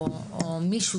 ילדה,